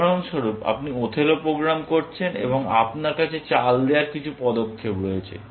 উদাহরণস্বরূপ আপনি Othello program করছেন এবং আপনার কাছে চাল দেওয়ার কিছু পদক্ষেপ রয়েছে